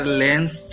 lens